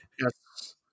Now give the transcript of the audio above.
Yes